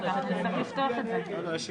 יש תו סגול וצריך להקפיד עליו,